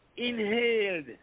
Inhaled